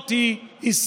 זאת היא היסטוריה.